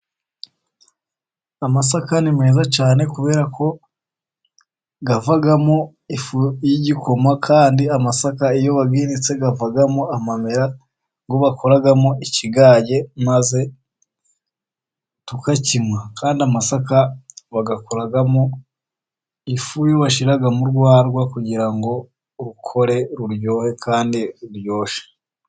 Amasaka ni meza cyane kubera ko avamo ifu y'igikoma. Kandi amasaka iyo bayinitse avamo amamera bakoramo ikigaye maze tukakinywa kandi amasaka bagakoramo ifu bashira mu rwarwa kugira ngo ruryohe kandi ururyoshye.